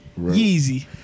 Yeezy